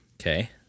Okay